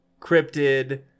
cryptid